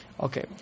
Okay